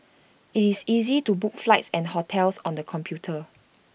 IT is easy to book flights and hotels on the computer